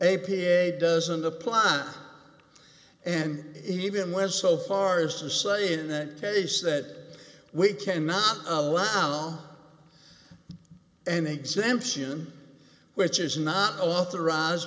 period doesn't apply and even went so far as to say in that case that we cannot allow an exemption which is not authorized